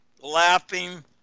laughing